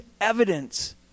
evidence